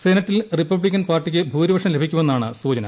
സെനറ്റിൽ Republican പാർട്ടിക്ക് ഭൂരിപക്ഷം ലഭിക്കുമെന്നാണ് സൂചന